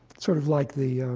sort of like the